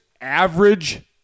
average